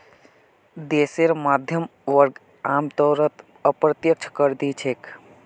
देशेर मध्यम वर्ग आमतौरत अप्रत्यक्ष कर दि छेक